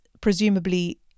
presumably